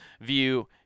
view